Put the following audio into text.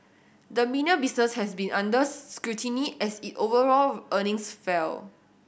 the media business has been under scrutiny as it overall earnings fell